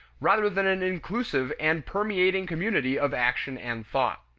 rather than an inclusive and permeating community of action and thought.